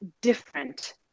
different